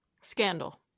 Scandal